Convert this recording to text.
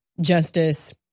Justice